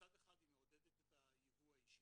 מצד אחד היא מעודדת את היבוא האישי,